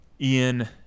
Ian